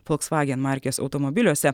folksvagen markės automobiliuose